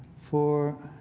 for